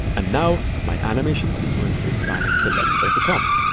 and now, my animation sequence is spanning the length of the comp.